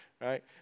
right